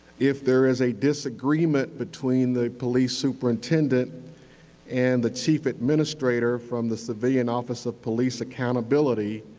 if there is a disagreement between the police superintendent and the chief administrator from the civilian office of police accountability,